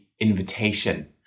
invitation